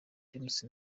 james